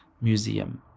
museum